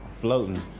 Floating